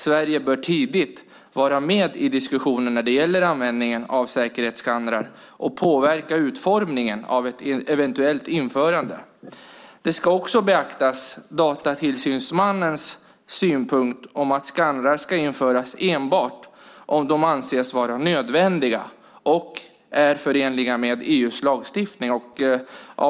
Sverige bör tidigt vara med i diskussionen när det gäller användningen av säkerhetsskannrar och påverka utformningen av ett eventuellt införande. Datatillsynsmannens synpunkt om att skannrar ska införas enbart om de anses vara nödvändiga och är förenliga med EU:s lagstiftning ska också beaktas.